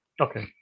Okay